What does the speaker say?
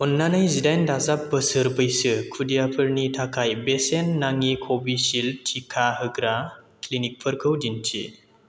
अननानै जिदाइन दाजाब बोसोर बैसो खुदियाफोरनि थाखाय बेसेन नाङि कभिड सिल्ड थिखा होग्रा क्लिनिकफोरखौ दिन्थि